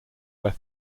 where